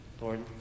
Lord